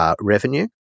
revenue